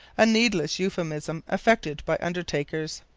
a needless euphemism affected by undertakers.